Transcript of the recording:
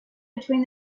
between